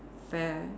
fair